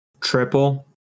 Triple